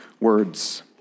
words